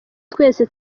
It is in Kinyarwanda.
twese